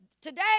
Today